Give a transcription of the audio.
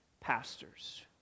pastors